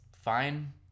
fine